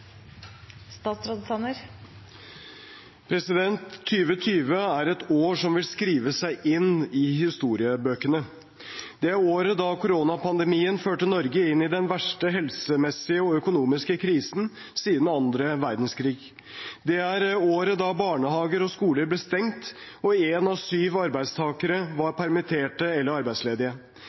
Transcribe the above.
et år som vil skrive seg inn i historiebøkene. Det er året da koronapandemien førte Norge inn i den verste helsemessige og økonomiske krisen siden annen verdenskrig. Det er året da barnehager og skoler ble stengt og en av syv arbeidstakere var permittert eller